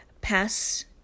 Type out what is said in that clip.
Pass